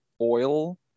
oil